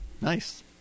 Nice